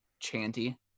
chanty